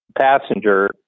passenger